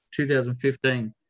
2015